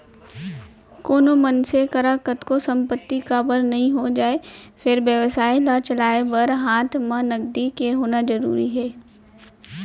कोनो मनसे करा कतको संपत्ति काबर नइ हो जाय फेर बेवसाय ल चलाय बर हात म नगदी के होना जरुरी हे